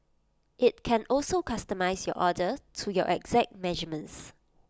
IT can also customise your order to your exact measurements